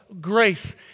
grace